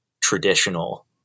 traditional